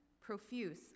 Profuse